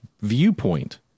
viewpoint